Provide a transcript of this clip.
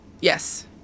yes